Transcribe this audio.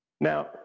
Now